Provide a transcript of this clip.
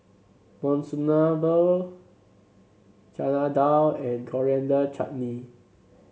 Monsunabe Chana Dal and Coriander Chutney